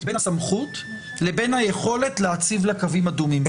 בין הסמכות לבין היכולת להציב לה קווים אדומים.